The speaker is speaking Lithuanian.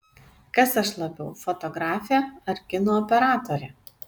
kas aš labiau fotografė ar kino operatorė